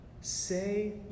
say